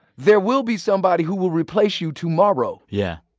there will be somebody who will replace you tomorrow yeah.